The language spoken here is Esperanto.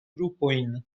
grupojn